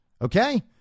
Okay